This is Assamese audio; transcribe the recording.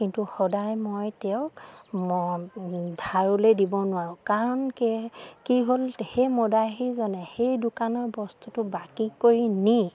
কিন্তু সদায় মই তেওঁক ধাৰলৈ দিব নোৱাৰোঁ কাৰণ কি হ'ল সেই মদাহীজনে সেই দোকানৰ বস্তুটো বাকী কৰি নি